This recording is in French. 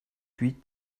huit